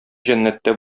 җәннәттә